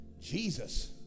Jesus